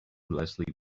leslie